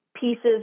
pieces